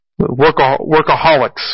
Workaholics